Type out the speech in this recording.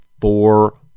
four